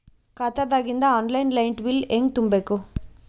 ಖಾತಾದಾಗಿಂದ online light bill ಹೇಂಗ ತುಂಬಾ ಬೇಕು?